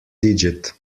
digit